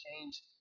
change